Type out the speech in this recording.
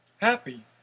happy